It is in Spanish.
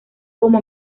como